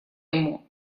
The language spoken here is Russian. ему